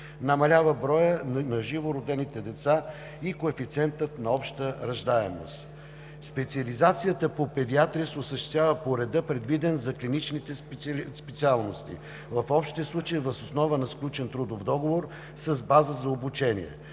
намалява броят на живородените деца и коефициентът на обща раждаемост. Специализацията по педиатрия се осъществя по реда, предвиден за клиничните специалности. В общия случай въз основа на сключен трудов договор с база за обучение.